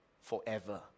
forever